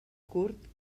curt